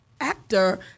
actor